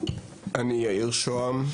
אני יאיר שוהם,